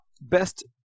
Best